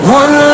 one